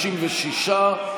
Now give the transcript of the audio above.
56,